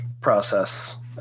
process